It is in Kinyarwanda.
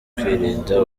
kwirinda